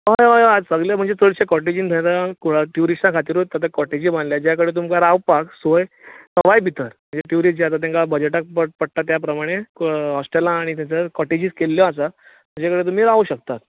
हय हय हय सगळे म्हणजे चडशे कॉटेजींत ट्युरिस्टां खातीरूच आतां कॉटेजी बांदल्यात ज्या कडेन तुमकां रावपाक सोय सवाय भितर ट्युरिस्ट जे येता तांकां बजटाक परवडटा त्या प्रमाणे हॉस्टेलां आनी थंयसर कॉटेजीस केल्ल्यो आसा जे कडेन तुमी रावूं शकता